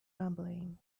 rumbling